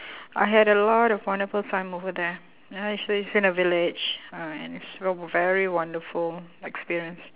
I had a lot of wonderful time over there ya she stays in a village uh and it's a very wonderful experience